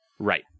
Right